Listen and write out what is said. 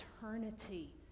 eternity